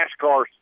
NASCAR